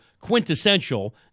quintessential